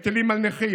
היטלים על נכים,